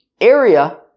area